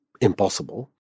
impossible